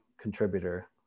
contributor